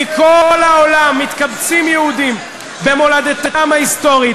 מכל העולם מתקבצים יהודים במולדתם ההיסטורית